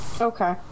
Okay